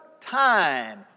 time